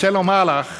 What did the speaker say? רוצה לומר לך